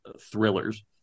thrillers